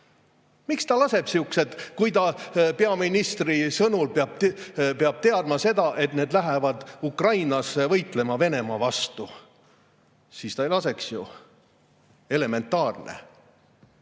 Miks ta laseb läbi sihukesed [mehed], kui ta peaministri sõnul peab teadma seda, et nad lähevad Ukrainasse võitlema Venemaa vastu? Siis ta ei laseks ju. Elementaarne!